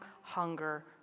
hunger